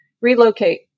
relocate